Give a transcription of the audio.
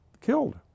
killed